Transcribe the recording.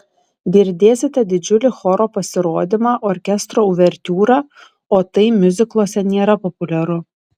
girdėsite didžiulį choro pasirodymą orkestro uvertiūrą o tai miuzikluose nėra populiaru